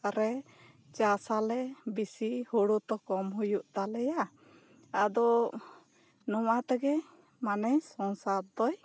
ᱨᱮ ᱪᱟᱥᱟᱞᱮ ᱵᱤᱥᱤ ᱦᱳᱲᱳ ᱛᱚ ᱠᱚᱢ ᱦᱩᱭᱩᱜ ᱛᱟᱞᱮᱭᱟ ᱟᱫᱚ ᱱᱚᱣᱟ ᱛᱮᱜᱮ ᱢᱟᱱᱮ ᱥᱚᱝᱥᱟᱨ ᱫᱚᱭ